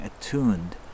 attuned